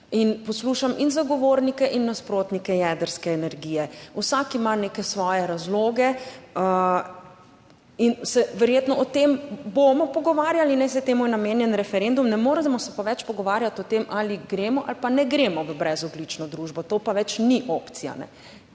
poslušam in zagovornike in nasprotnike jedrske energije, vsak ima neke svoje razloge in se verjetno, o tem bomo pogovarjali, saj je temu je namenjen referendum, ne moremo se pa več pogovarjati o tem ali gremo ali pa ne gremo v brezogljično družbo, to pa več ni opcija,